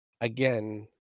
again